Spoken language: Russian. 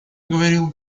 говорил